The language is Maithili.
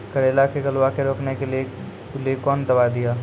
करेला के गलवा के रोकने के लिए ली कौन दवा दिया?